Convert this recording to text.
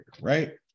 right